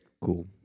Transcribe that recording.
Cool